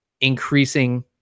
increasing